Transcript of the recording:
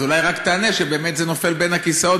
אולי רק תענה על משהו שבאמת נופל בין הכיסאות,